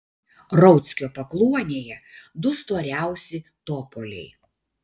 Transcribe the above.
rauckio pakluonėje du storiausi topoliai